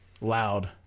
loud